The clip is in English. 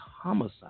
homicide